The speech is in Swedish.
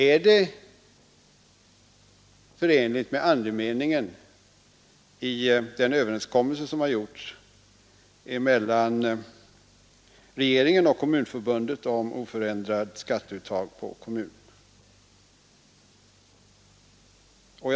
Är det förenligt med kommunala gator och vägar andemeningen i den överenskommelse som gjorts mellan regeringen och Kommunförbundet om oförändrat skatteuttag i kommunerna?